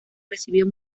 recibió